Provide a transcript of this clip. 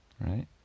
right